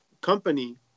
company